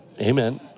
Amen